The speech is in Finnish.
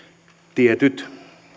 tietyt